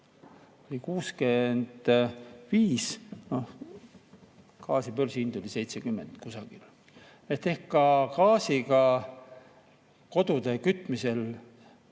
65, gaasi börsihind oli 70 kusagil. Ehk ka gaasiga kodude kütmisel